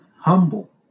humble